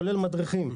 כולל מדריכים,